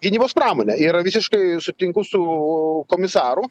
gynybos pramonę ir visiškai sutinku su komisaru